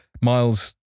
Miles